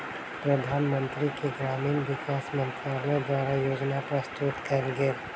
प्रधानमंत्री के ग्रामीण विकास मंत्रालय द्वारा योजना प्रस्तुत कएल गेल